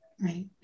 right